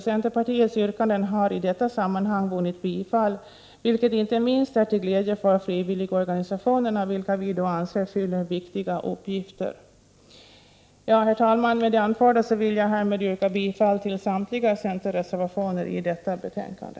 Centerpartiets yrkanden har i detta sammanhang vunnit bifall, vilket inte minst är till glädje för frivilligorganisationerna, vilka vi anser fyller viktiga uppgifter. Herr talman! Med det anförda vill jag härmed yrka bifall till samtliga centerreservationer i detta betänkande.